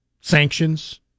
sanctions